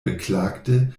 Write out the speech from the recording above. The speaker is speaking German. beklagte